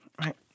Right